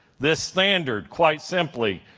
this standard, quite simply,